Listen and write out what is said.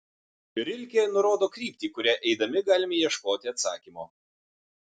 rilke nurodo kryptį kuria eidami galime ieškoti atsakymo